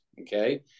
okay